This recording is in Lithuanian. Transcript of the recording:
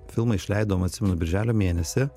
filmą išleidom atsimenu birželio mėnesį